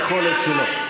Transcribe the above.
נתן תשובה כמיטב היכולת שלו.